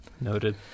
Noted